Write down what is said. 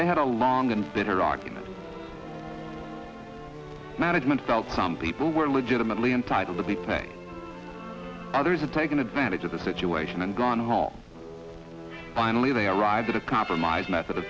they had a long and bitter argument management felt some people were legitimately entitled to be paid others and taken advantage of the situation and gone home finally they arrived at a compromise me